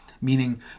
Meaning